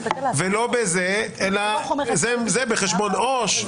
אלא זה בחשבון עו"ש.